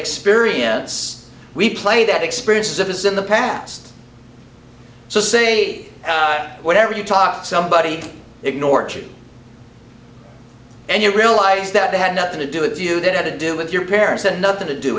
experience we play that experience it is in the past so say it whatever you talk somebody ignored and you realize that they had nothing to do it's you that had to do with your parents had nothing to do